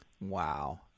Wow